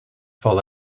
fall